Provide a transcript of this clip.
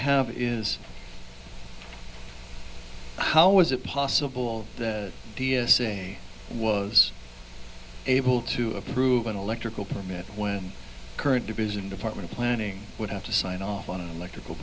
have is how is it possible that t s a was able to approve an electrical permit when current division department planning would have to sign off on an electrical